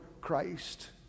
Christ